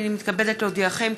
הנני מתכבדת להודיעכם,